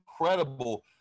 incredible